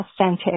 authentic